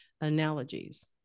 analogies